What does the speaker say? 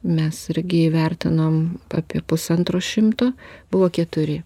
mes irgi įvertinom apie pusantro šimto buvo keturi